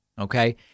Okay